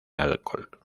alcohol